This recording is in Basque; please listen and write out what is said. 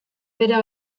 bera